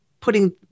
putting –